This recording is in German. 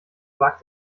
wagt